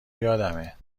یادمه